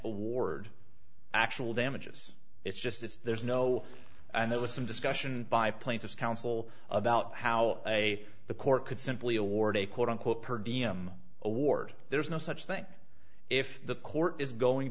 award actual damages it's just that there's no and there was some discussion by plaintiff's counsel about how a the court could simply award a quote unquote perdiem award there's no such thing if the court is going